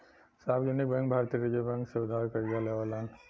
सार्वजनिक बैंक भारतीय reserve bank से उधार करजा लेवलन